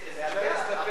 זו הבעיה,